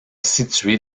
située